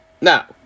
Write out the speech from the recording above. Now